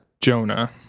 Jonah